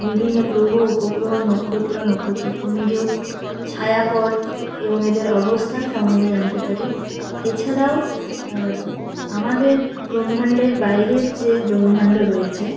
বিভিন্ন গ্রহ উপগ্রহ নক্ষত্র নক্ষত্রপুঞ্জ ছায়াপথ এবং এদের অবস্থান সম্বন্ধে জানতে পারি এছাড়াও আমাদের ব্রহ্মাণ্ডের বাইরের যে ব্রহ্মাণ্ড রয়েছে